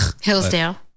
Hillsdale